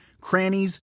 crannies